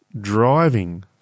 driving